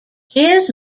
his